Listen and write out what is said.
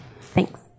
Thanks